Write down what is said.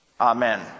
Amen